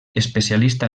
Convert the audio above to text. especialista